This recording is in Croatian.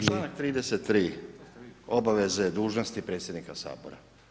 Članak 33., obaveze, dužnosti predsjednika Sabora.